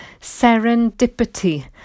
Serendipity